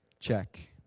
Check